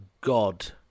God